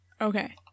Okay